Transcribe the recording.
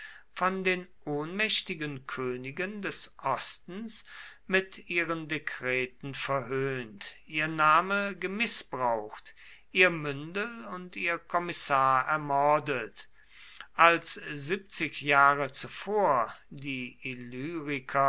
von den ohnmächtigen königen des ostens mit ihren dekreten verhöhnt ihr name gemißbraucht ihr mündel und ihr kommissar ermordet als siebzig jahre zuvor die